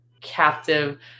captive